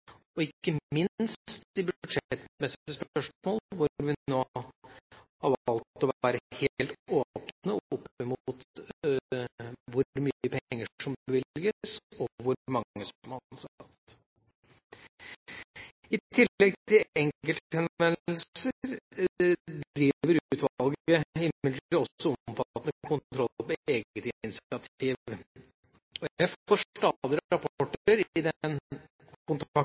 og ikke minst de budsjettmessige spørsmål, hvor vi nå har valgt å være helt åpne om hvor mye penger som bevilges, og hvor mange som er ansatt. I tillegg til enkelthenvendelser driver utvalget imidlertid også omfattende kontroll på eget initiativ. Jeg får stadig rapporter i